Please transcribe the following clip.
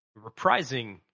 reprising